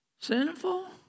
sinful